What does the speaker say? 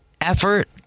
effort